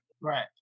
Right